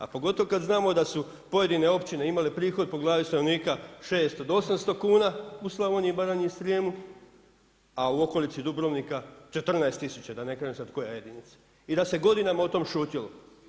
A pogotovo kada znamo da su pojedine općine imale prihod po glavi stanovnika 600 do 800 kuna u Slavoniji i Baranji i Srijemu, a u okolici Dubrovnika 14.000 da ne kažem sada koja jedinica i da se godinama o tome šutjelo.